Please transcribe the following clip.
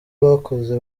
bakoze